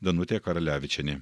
danutė karalevičienė